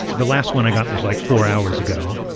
the last one i got was, like, four hours ago,